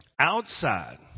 outside